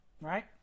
right